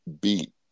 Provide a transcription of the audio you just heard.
beat